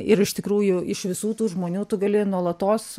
ir iš tikrųjų iš visų tų žmonių tu gali nuolatos